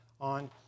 on